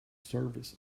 service